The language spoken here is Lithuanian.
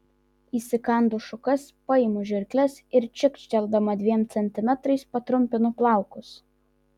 įsikandu šukas paimu žirkles ir čekštelėdama dviem centimetrais patrumpinu plaukus